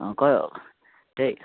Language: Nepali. अँ क त्यही